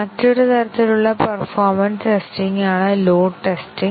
മറ്റൊരു തരത്തിലുള്ള performance testing ആണ് ലോഡ് ടെസ്റ്റിങ്